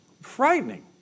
frightening